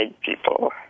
people